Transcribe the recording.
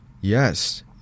Yes